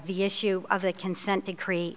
the issue of the consent decree